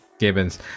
Gibbons